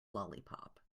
lollipop